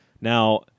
Now